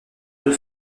deux